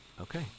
Okay